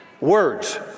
words